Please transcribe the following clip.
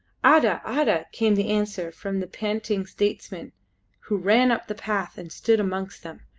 ada! ada! came the answer from the panting statesman who ran up the path and stood amongst them.